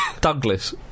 Douglas